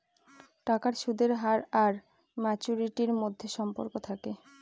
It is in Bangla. টাকার সুদের হার আর ম্যাচুরিটির মধ্যে সম্পর্ক থাকে